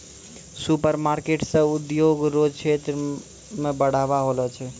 supermarket से उद्योग रो क्षेत्र मे बढ़ाबा होलो छै